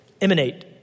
emanate